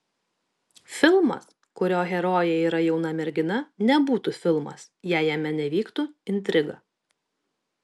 filmas kurio herojė yra jauna mergina nebūtų filmas jei jame nevyktų intriga